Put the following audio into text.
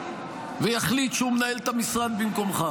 ויחליט שהוא מנהל את המשרד במקומך.